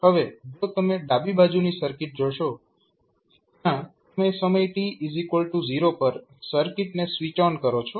હવે જો તમે ડાબી બાજુની સર્કિટ જોશો ત્યાં તમે સમય t 0 પર સર્કિટને સ્વીચ ઓન કરો છો